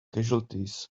casualties